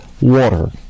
water